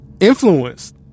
Influenced